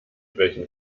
welchen